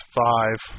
five